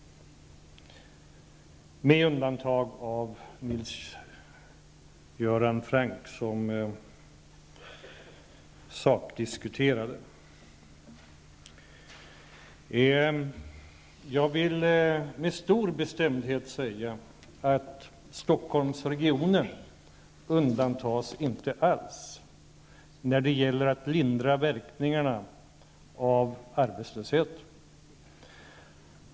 Jag undantar här inlägget från Hans Göran Franck, som diskuterade i sak. Jag vill med stor bestämdhet säga att Stockholmsregionen inte alls undantas från strävandena att lindra verkningarna av arbetslösheten.